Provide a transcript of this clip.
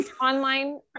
online